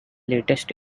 latest